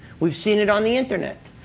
we've seen it on the internet.